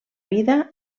vida